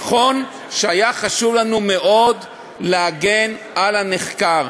נכון שהיה חשוב לנו מאוד להגן על הנחקר.